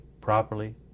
properly